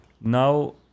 Now